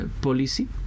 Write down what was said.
policy